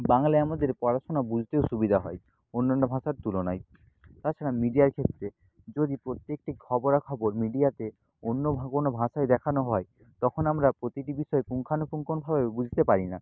বাংলায় আমাদের পড়াশোনা বুঝতেও সুবিধা হয় অন্যান্য ভাষার তুলনায় তা ছাড়া মিডিয়ার ক্ষেত্রে যদি প্রত্যেকটি খবরাখবর মিডিয়াকে অন্য ভা কোনো ভাষায় দেখানো হয় তখন আমরা প্রতিটি বিষয় পুঙ্খানুপুঙ্খনভাবে বুঝতে পারি না